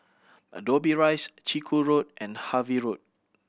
Dobbie Rise Chiku Road and Harvey Road